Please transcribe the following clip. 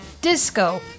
disco